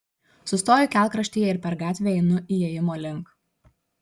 sustoju kelkraštyje ir per gatvę einu įėjimo link